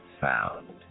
found